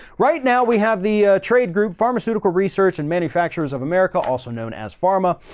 right now we have the trade group, pharmaceutical research and manufacturers of america also known as pharma.